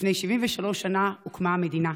לפני 73 שנים הוקמה המדינה.